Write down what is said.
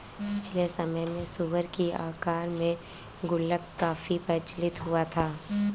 पिछले समय में सूअर की आकार का गुल्लक काफी प्रचलित हुआ करता था